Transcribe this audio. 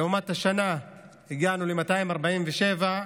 לעומת השנה, שהגענו ל-247,